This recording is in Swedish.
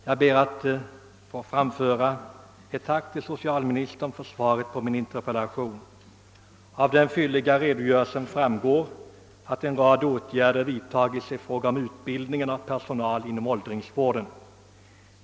Herr talman! Jag ber att få framföra ett tack till socialministern för svaret på min interpellation. Av den fylliga redogörelsen framgår att en rad åtgärder vidtagits i fråga om utbildningen av personal inom åldringsvården.